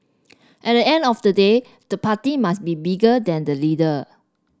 at the end of the day the party must be bigger than the leader